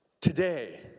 today